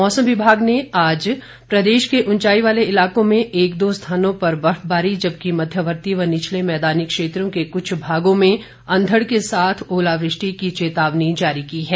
मौसम विभाग ने आज प्रदेश के उंचाई वाले इलाकों में एक दो स्थानों पर बर्फबारी जबकि मध्यवर्ती व निचले मैदानी क्षेत्रों के कुछ भागों में अंधड़ के साथ ओलावृष्टि की चेतावनी जारी की है